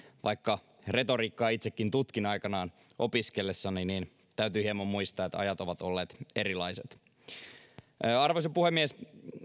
vaikka retoriikkaa itsekin tutkin aikanaan opiskellessani niin täytyy hieman muistaa että ajat ovat olleet erilaiset arvoisa puhemies